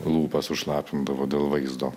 lūpą sušlapindavo dėl vaizdo